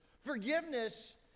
forgiveness